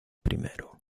primero